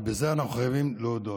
ובזה אנחנו חייבים להודות.